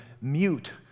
mute